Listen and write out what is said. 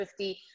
50